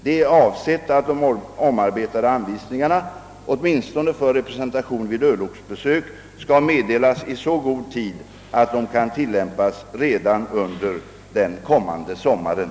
— Det är avsett att de omarbetade anvisningarna, åtminstone för representation vid örlogsbesök, skall meddelas i så god tid att de kan tillämpas redan under den kommande sommaren.